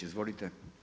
Izvolite.